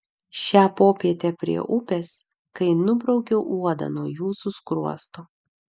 šią popietę prie upės kai nubraukiau uodą nuo jūsų skruosto